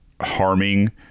harming